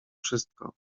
wszystko